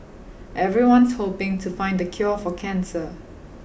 everyone's hoping to find the cure for cancer